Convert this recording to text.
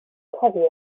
cofiwch